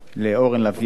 לאורן לביאן,